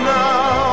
now